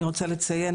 אני רוצה לציין,